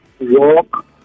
walk